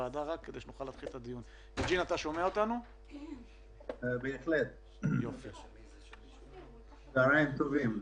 צוהריים טובים,